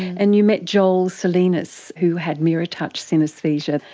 and you met joel salinas who had mirror touch synaesthesia.